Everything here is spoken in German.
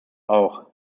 auch